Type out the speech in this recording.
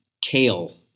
kale